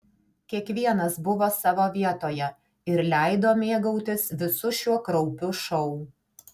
kiekvienas buvo savo vietoje ir leido mėgautis visu šiuo kraupiu šou